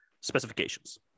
specifications